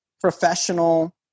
professional